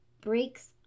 breaks